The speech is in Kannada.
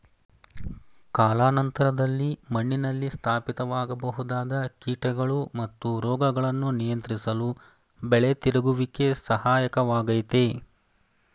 ಕಾಲಾನಂತರದಲ್ಲಿ ಮಣ್ಣಿನಲ್ಲಿ ಸ್ಥಾಪಿತವಾಗಬಹುದಾದ ಕೀಟಗಳು ಮತ್ತು ರೋಗಗಳನ್ನು ನಿಯಂತ್ರಿಸಲು ಬೆಳೆ ತಿರುಗುವಿಕೆ ಸಹಾಯಕ ವಾಗಯ್ತೆ